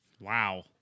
Wow